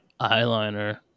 eyeliner